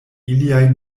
iliaj